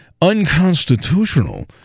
unconstitutional